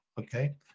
Okay